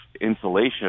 insulation